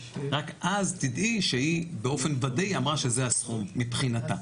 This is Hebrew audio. רק אז תדעי שהיא באופן ודאי אמרה שזה הסכום מבחינתה.